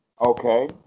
Okay